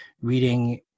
reading